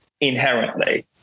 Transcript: inherently